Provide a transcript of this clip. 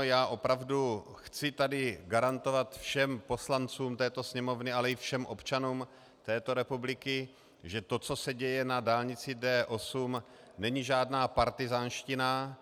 Já opravdu chci tady garantovat všem poslancům této Sněmovny, ale i všem občanům této republiky, že to, co se děje na dálnici D8, není žádná partyzánština.